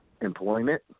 employment